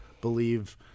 believe